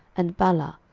and balah,